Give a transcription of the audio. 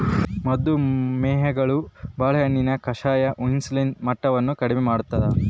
ಮದು ಮೇಹಿಗಳು ಬಾಳೆಹಣ್ಣಿನ ಕಷಾಯ ಇನ್ಸುಲಿನ್ ಮಟ್ಟವನ್ನು ಕಡಿಮೆ ಮಾಡ್ತಾದ